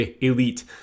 elite